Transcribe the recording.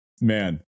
man